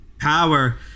Power